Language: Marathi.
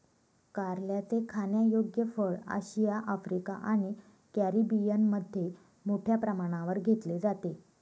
कारल्याचे खाण्यायोग्य फळ आशिया, आफ्रिका आणि कॅरिबियनमध्ये मोठ्या प्रमाणावर घेतले जाते